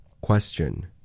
Question